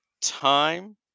time